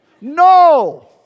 No